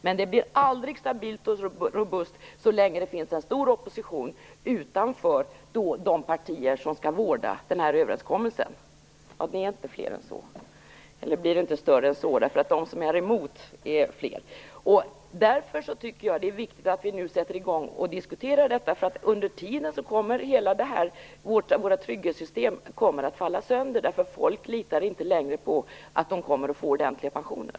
Men det blir aldrig stabilt och robust så länge det finns en stor opposition utanför de partier som skall vårda överenskommelsen. Därför är det viktigt att vi sätter i gång med att diskutera detta. Under tiden kommer hela vårt trygghetssystem att falla sönder därför att folk inte längre litar på att de kommer att få ordentliga pensioner.